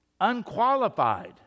unqualified